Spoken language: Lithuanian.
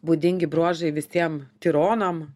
būdingi bruožai visiem tironam